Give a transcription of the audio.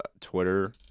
Twitter